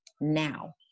now